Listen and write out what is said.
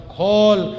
call